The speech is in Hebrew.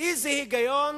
איזה היגיון